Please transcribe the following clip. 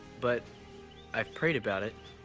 but i've prayed about it